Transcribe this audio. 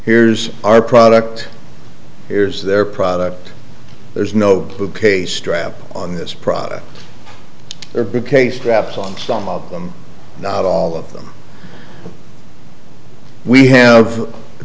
here's our product here's their product there's no bouquet strap on this product the big case traps on some of them not all of them we have